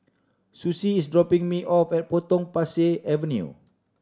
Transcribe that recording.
Susie is dropping me off at Potong Pasir Avenue